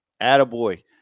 Attaboy